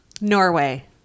Norway